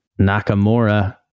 Nakamura